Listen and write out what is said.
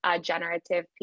generative